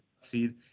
Seed